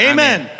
Amen